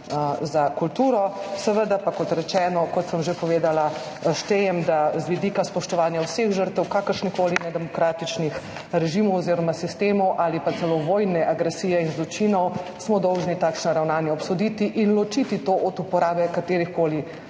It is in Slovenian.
za kulturo. Kot sem že povedala, štejem, da smo z vidika spoštovanja vseh žrtev kakršnihkoli nedemokratičnih režimov oziroma sistemov ali pa celo vojne agresije in zločinov dolžni takšna ravnanja obsoditi in ločiti to od uporabe katerihkoli